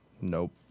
Nope